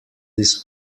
this